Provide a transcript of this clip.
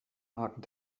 magen